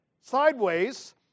sideways